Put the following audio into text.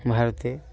ভারতের